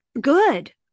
Good